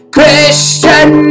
christian